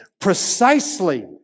precisely